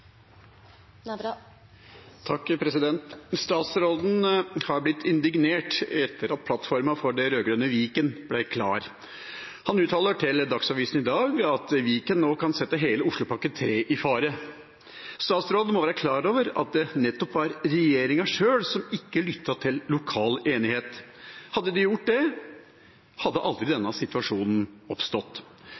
Statsråden har blitt indignert etter at plattforma for det rød-grønne Viken ble klar. Han uttaler til Dagsavisen i dag at Viken nå kan sette hele Oslopakke 3 i fare. Statsråden må være klar over at det nettopp var regjeringa sjøl som ikke lyttet til lokal enighet. Hadde de gjort det, hadde denne situasjonen aldri oppstått.